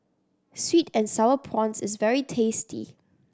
sweet and Sour Prawns is very tasty